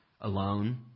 alone